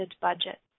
budget